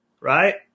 Right